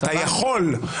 אתה יכול.